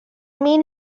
main